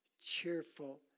cheerful